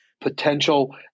potential